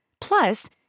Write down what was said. Plus